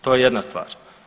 To je jedna stvar.